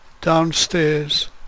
downstairs